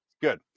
Good